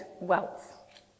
wealth